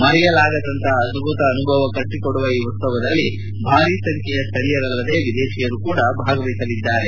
ಮರೆಯಲಾಗದಂತಹ ಅದ್ದುತ ಅನುಭವ ಕಟ್ಟಿಕೊಡುವ ಈ ಉತ್ಪವದಲ್ಲಿ ಭಾರಿ ಸಂಖ್ಯೆಯ ಸ್ಥಳೀಯರಲ್ಲದೆ ವಿದೇಶಿಯರು ಸಹ ಭಾಗವಹಿಸಲಿದ್ದಾರೆ